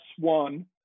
S1